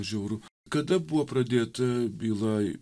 žiauru kada buvo pradėta byla